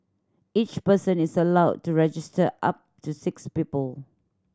each person is allowed to register up to six people